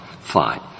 Fine